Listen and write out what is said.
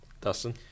Dustin